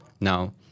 Now